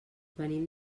venim